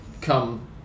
come